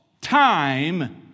time